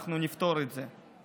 ואנחנו נפתור את זה.